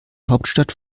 hauptstadt